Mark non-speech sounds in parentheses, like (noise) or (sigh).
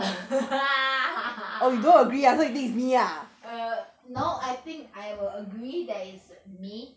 (laughs) err no I think I will agree that is me